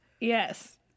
Yes